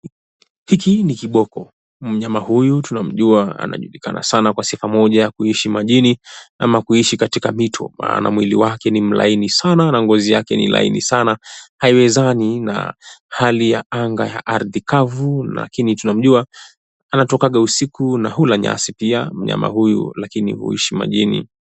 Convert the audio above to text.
Hiki ni kiboko. Mnyama huyu tunamjua anajulikana sana kwa sekta moja ya kuishi majini ama kuishi katika mito maana mwili wake ni mlaini sana na ngozi yake ni laini sana haiwezani na hali ya anga ya ardhi kavu lakini tunamjua anatokaga usiku na hula nyasi na pia mnyama huyu lakini huishi majini.